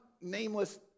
nameless